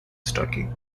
stocky